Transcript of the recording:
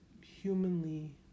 humanly